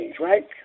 right